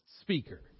speaker